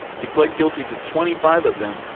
he plead guilty to twenty five of them,